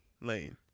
Lane